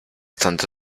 tante